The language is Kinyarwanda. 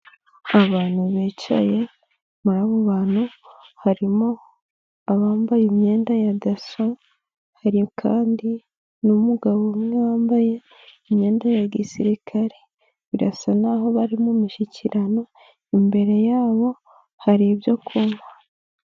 Abantu bicaye muri abo bantu harimo abambaye imyenda ya dasso, hari kandi n'umugabo umwe wambaye imyenda ya gisirikare. Birasa n'aho bari mumishyikirano, imbere yabo hari ibyo kunywa.